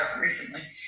recently